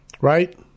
Right